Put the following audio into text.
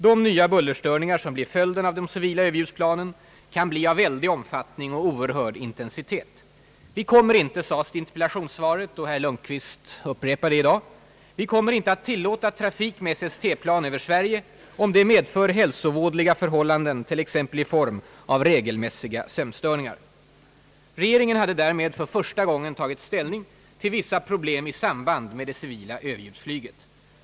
De nya bullerstörningar som blir följden av de civila överljudsplanen kan bli av väldig omfattning och oerhörd intensitet. Vi kommer inte, sades det i interpellationssvaret — herr Lundkvist upprepar det i dag — »att tillåta trafik med SST-plan över Sverige om det medför hälsovådliga förhållanden t.ex. i form av regelmässiga sömnstör ningar». Regeringen hade därmed för första gången tagit ställning till dessa problem i samband med det civila överljudsflyget.